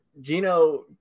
Gino